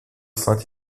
saint